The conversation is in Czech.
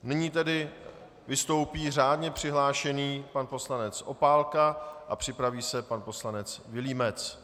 Nyní vystoupí řádně přihlášený pan poslanec Opálka a připraví se pan poslanec Vilímec.